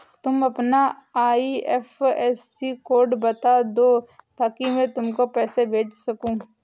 तुम अपना IFSC code बता दो ताकि मैं तुमको पैसे भेज सकूँ